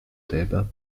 thèbes